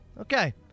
Okay